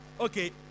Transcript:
Okay